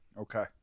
Okay